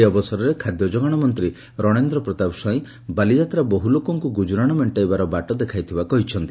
ଏହି ଅବସରରେ ଖାଦ୍ୟ ଯୋଗାଣ ମନ୍ତୀ ରଣେନ୍ର ପ୍ରତାପ ସ୍ୱାଇଁ ବାଲିଯାତ୍ରା ବହୁ ଲୋକଙ୍କୁ ଗୁଜୁରାଣ ମେଣ୍ଟାଇବାର ବାଟ ଦେଖାଇଥିବା କହିଛନ୍ତି